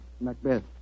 Macbeth